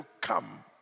come